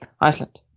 Iceland